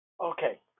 Okay